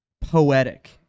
poetic